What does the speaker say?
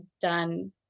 done